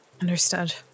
Understood